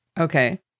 Okay